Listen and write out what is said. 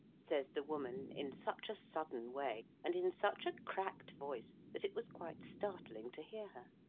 says the woman, in such a sudden way, and in such a cracked voice, that it was quite startling to hear her.